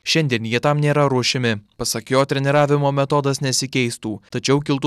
šiandien jie tam nėra ruošiami pasak jo treniravimo metodas nesikeistų tačiau kiltų